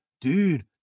dude